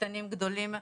קטנים או גדולים.